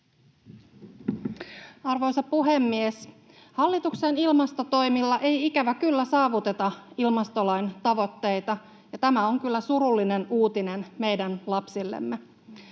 Arvoisa puhemies! Hallituksen ilmastotoimilla ei ikävä kyllä saavuteta ilmastolain tavoitteita, ja tämä on kyllä surullinen uutinen meidän lapsillemme.